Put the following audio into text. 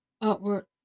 upward